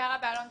באלון שבות.